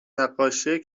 نقاشی